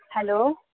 hello